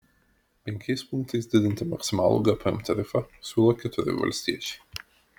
penkiais punktais didinti maksimalų gpm tarifą siūlo keturi valstiečiai